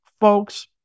folks